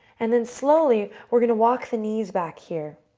and then slowly, we're going to walk the knees back here.